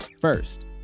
First